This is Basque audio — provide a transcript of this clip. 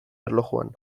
erlojuan